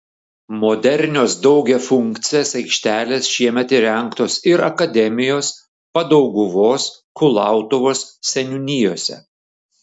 modernios daugiafunkcės aikštelės šiemet įrengtos ir akademijos padauguvos kulautuvos seniūnijose